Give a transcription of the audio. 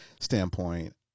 standpoint